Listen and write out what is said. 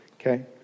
Okay